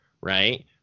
Right